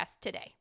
today